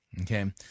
okay